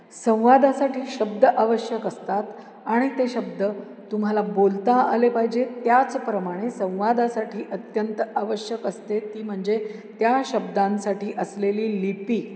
संवादासाठी शब्द आवश्यक असतात आणि ते शब्द तुम्हाला बोलता आले पाहिजे त्याचप्रमाणे संवादासाठी अत्यंत आवश्यक असते ती म्हणजे त्या शब्दांसाठी असलेली लिपी